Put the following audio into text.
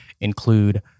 include